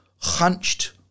hunched